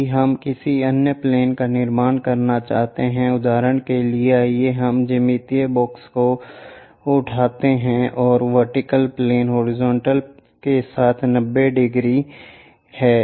यदि हम किसी अन्य प्लेन का निर्माण करना चाहते हैं उदाहरण के लिए आइए हम ज्यामिति बॉक्स को उठाते हैं वर्टिकल प्लेन हॉरिजॉन्टल के साथ 90 डिग्री है